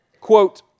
Quote